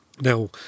now